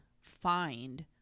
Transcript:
find